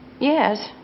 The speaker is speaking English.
yes